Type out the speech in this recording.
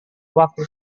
waktu